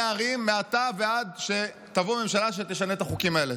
ערים מעתה ועד שתבוא הממשלה שתשנה את החוקים האלה.